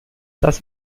das